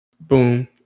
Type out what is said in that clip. Boom